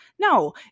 No